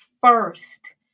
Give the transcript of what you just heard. first